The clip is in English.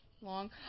long